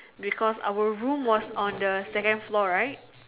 because our room was on the second floor right